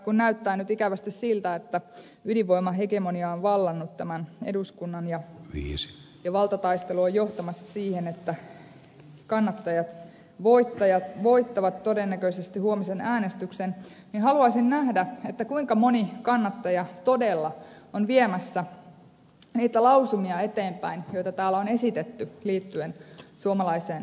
kun näyttää ikävästi siltä että ydinvoimahegemonia on vallannut tämän eduskunnan ja valtataistelu on johtamassa siihen että kannattajat voittavat todennäköisesti huomisen äänestyksen niin haluaisin nähdä kuinka moni kannattaja todella on viemässä niitä lausumia eteenpäin joita täällä on esitetty liittyen suomalaiseen työvoimaan